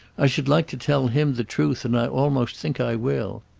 i should like to tell him the truth and i almost think i will.